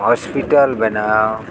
hospital ᱵᱮᱱᱟᱣ